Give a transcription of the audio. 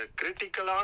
critical